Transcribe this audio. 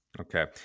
Okay